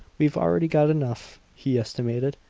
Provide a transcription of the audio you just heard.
we've already got enough, he estimated,